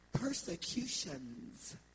persecutions